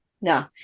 No